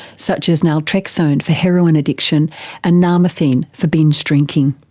such as naltrexone and for heroin addiction and nalmefene for binge drinking.